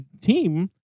team